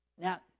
Now